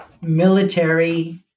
military